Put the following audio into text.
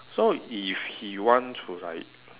so if he want to like